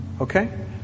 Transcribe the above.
Okay